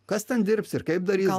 kas ten dirbs ir kaip darys